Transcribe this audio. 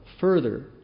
further